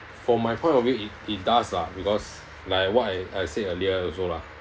for my point of view it it does lah because like what I I said earlier also lah